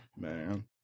man